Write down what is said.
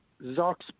Zox